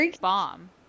bomb